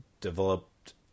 developed